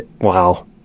Wow